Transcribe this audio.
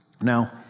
Now